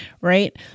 right